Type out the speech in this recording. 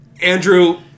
Andrew